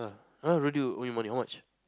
!huh! Rodi owe you money how much